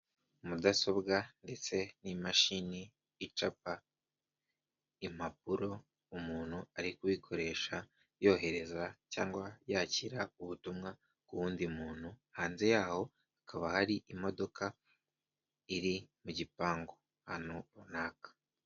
Mudasobwa ndetse n'imashini icapa impapuro, umuntu ari KUyikoresha yohereza cyangwa yakira ubutumwa ku wundi muntu hanze yaho hakaba hari imodoka iri mu gipangu ahantu runaka.